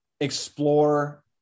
explore